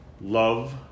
Love